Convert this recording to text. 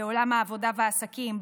בעולם העבודה והעסקים,